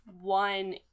one